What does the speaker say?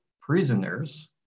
prisoners